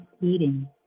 eating